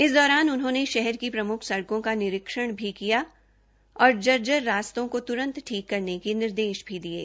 इस दौरान उन्होंने शहर की प्रमुख सड़कों का निरीक्षण भी किया और जर्जर रास्तों को तुरंत ठीक करने के निर्देष दिये